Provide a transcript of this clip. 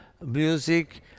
music